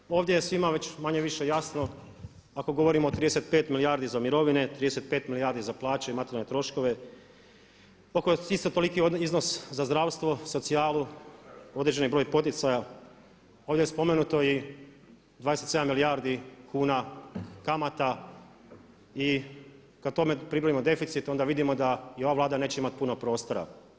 Stečena prava, ovdje je svima već manje-više jasno ako govorimo o 35 milijardi za mirovine, 35 milijardi za plaće i materijalne troškove, oko isto toliki iznos za zdravstvo, socijalu, određeni broj poticaja, ovdje je spomenuto i 27 milijardi kuna kamata i kad tome pribrojimo deficit ona vidimo da ni ova Vlada neće imati puno prostora.